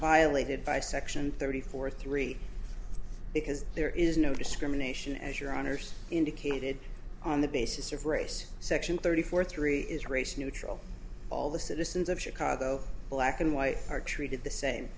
violated by section thirty four three because there is no discrimination as your honour's indicated on the basis of race section thirty four three is race neutral all the citizens of should though black and white are treated the same